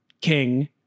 King